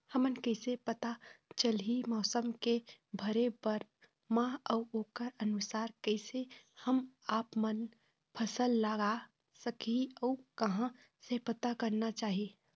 हमन कैसे पता चलही मौसम के भरे बर मा अउ ओकर अनुसार कैसे हम आपमन फसल लगा सकही अउ कहां से पता करना चाही?